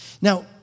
Now